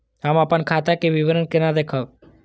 हम अपन खाता के विवरण केना देखब?